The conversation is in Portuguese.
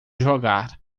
jogar